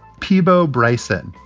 peabo bryson.